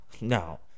No